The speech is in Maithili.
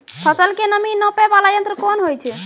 फसल के नमी नापैय वाला यंत्र कोन होय छै